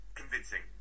convincing